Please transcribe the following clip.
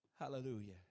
Hallelujah